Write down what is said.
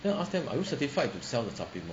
then I ask them are you certified to sell the supplement